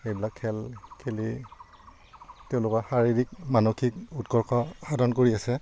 সেইবিলাক খেল খেলি তেওঁলোকৰ শাৰীৰিক মানসিক উৎকৰ্ষ সাধন কৰি আছে